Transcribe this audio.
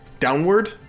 downward